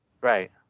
Right